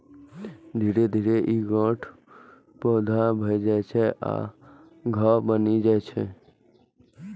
धीरे धीरे ई गांठ पैघ भए जाइ आ घाव बनि जाइ छै